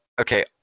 okay